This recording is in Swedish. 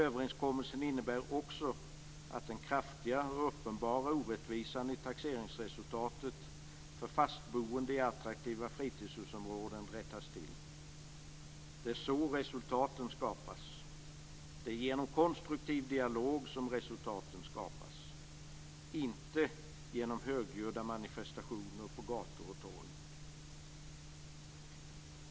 Överenskommelsen innebär också att den kraftiga och uppenbara orättvisan i taxeringsresultatet för fastboende i attraktiva fritidshusområden rättas till. Det är så resultaten skapas. Det är genom konstruktiv dialog som resultaten skapas - inte genom högljudda manifestationer på gator och torg.